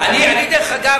דרך אגב,